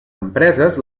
empreses